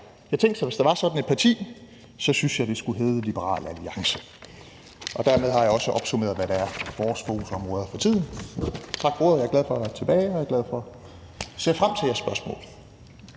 Ja, tænk sig, hvis der var sådan et parti! Så synes jeg, det skulle hedde Liberal Alliance. Dermed har jeg også opsummeret, hvad der er vores fokusområder for tiden. Tak for ordet. Jeg er glad for at være tilbage, og jeg ser frem til jeres spørgsmål.